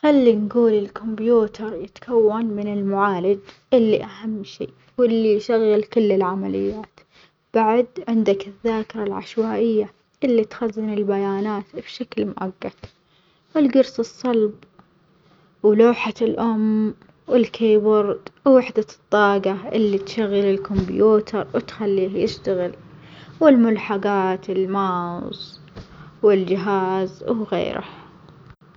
خلي نجول الكمبيوتر يتكون من المعالج اللي أهم شي واللي يشغل كل العمليات، بعد عندك الذاكرة العشوائية، اللي تخزن البيانات بشكل مؤجت، الجرص الصلب ولوحة الأم والكيبورد ووحدة الطاجة اللي تشغل الكمبيوتر وتخليه يشتغل، والملحجات الماوس والجهاز وغيره.